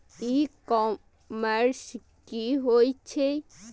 ई commerce की होय छेय?